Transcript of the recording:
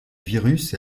virus